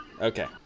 Okay